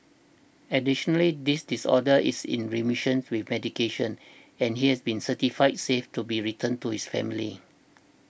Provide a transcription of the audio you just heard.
additionally this disorder is in remission with medication and he has been certified safe to be returned to his family